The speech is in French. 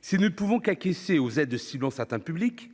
Si nous ne pouvons qu'acquiescer aux aides ciblant certains publics-